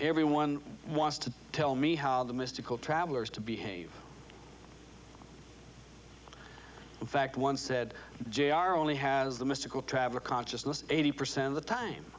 everyone wants to tell me how the mystical travelers to behave in fact once said jr only has the mystical traveler consciousness eighty percent of the